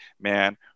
man